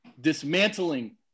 dismantling